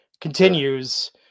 continues